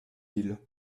ils